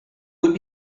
would